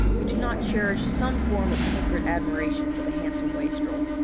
who did not cherish some form of secret admiration for the handsome wastrel.